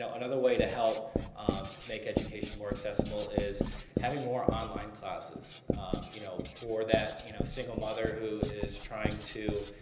another way to help make education more accessible is having more online classes you know for that you know single mother who is trying to,